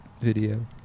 video